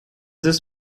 this